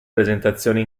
presentazioni